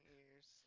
ears